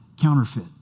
counterfeit